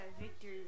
victory